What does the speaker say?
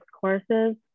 courses